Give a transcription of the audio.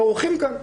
הם אורחים כאן.